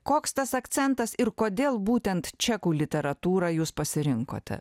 koks tas akcentas ir kodėl būtent čekų literatūrą jūs pasirinkote